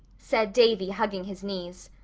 said davy, hugging his knees.